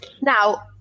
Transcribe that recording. Now